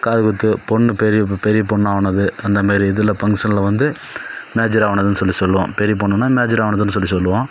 காதுகுத்து பொண்ணு பெரிய பெரிய பொண்ணு ஆனது அந்தமாரி இதில் ஃபங்க்ஷனில் வந்து மேஜர் ஆனதுன்னு சொல்லி சொல்வோம் பெரிய பொண்ணுனா மேஜர் ஆனதுன்னு சொல்லி சொல்வோம்